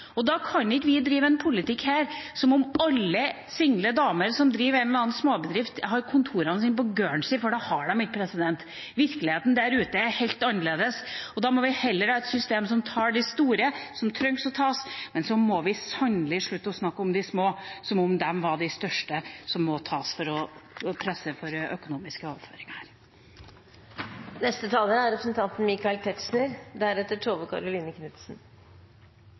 Og da kan ikke vi drive en politikk her som om alle single damer som driver en eller annen småbedrift, har kontorene sine på Guernsey, for det har de ikke. Virkeligheten der ute er helt annerledes, og da må vi heller ha et system som tar de store, som trengs å tas. Og så må vi sannelig slutte å snakke om de små som om de var de største, som må tas for å presse på for økonomiske overføringer.